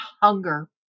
hunger